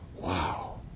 Wow